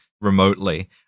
remotely